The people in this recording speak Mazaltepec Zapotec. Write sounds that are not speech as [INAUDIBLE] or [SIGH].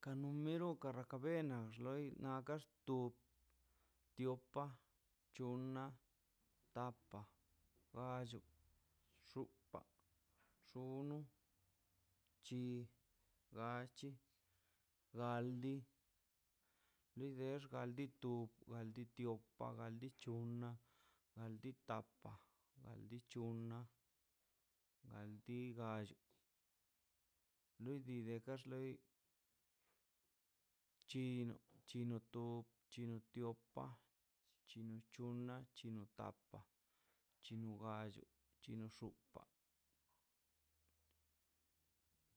Kan numero kara ka bena xloi nakat to tiopa chona' tapa' [NOISE] gallo xopa' gall xono chi gachi galdix [NOISE] galditiopa galditiopa' galdichona' [NOISE] galdi gallo lodi le galle xloi chino to chinotiopa' chinochona' chinotapa' [NOISE] chinogallo chino gallo